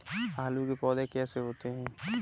आलू के पौधे कैसे होते हैं?